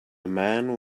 man